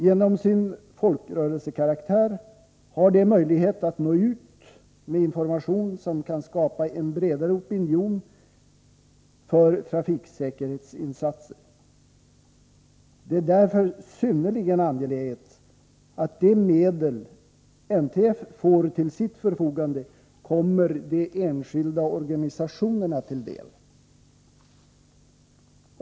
Genom sin folkrörelsekaraktär har de möjlighet att nå ut med information, som kan skapa en bredare opinion för trafiksäkerhetsinsatser. Det är därför synnerligen angeläget att de medel som NTF får till sitt förfogande kommer de enskilda organisationerna till del.